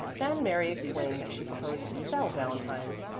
then mary explained that she proposed to sell valentines.